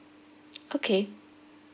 okay